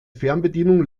fernbedienung